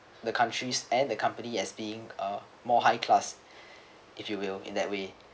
the countries and the company as being uh more high class if you will in that way